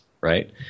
right